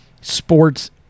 Sports